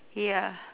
ya